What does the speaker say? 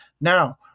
now